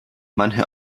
manche